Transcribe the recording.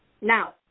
Now